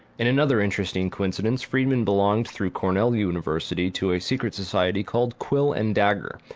in another interesting coincidence, friedman belonged, through cornell university, to a secret society called quill and dagger,